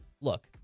look